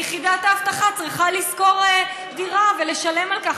ויחידת האבטחה צריכה לשכור דירה ולשלם על כך,